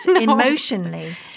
emotionally